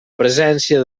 presència